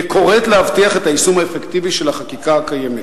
וקוראת להבטיח את היישום האפקטיבי של החקיקה הקיימת.